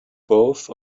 both